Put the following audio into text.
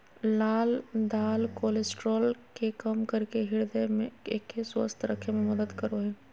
लाल दाल कोलेस्ट्रॉल के कम करके हृदय के स्वस्थ रखे में मदद करो हइ